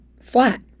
flat